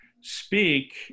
speak